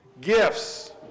Gifts